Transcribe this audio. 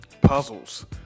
puzzles